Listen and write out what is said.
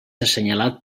assenyalat